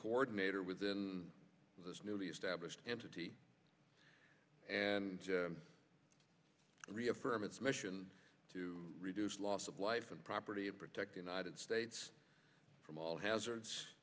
coordinator within this newly established entity and reaffirm its mission to reduce loss of life and property and protect the united states from all hazards